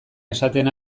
esaten